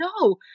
no